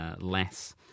less